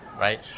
Right